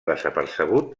desapercebut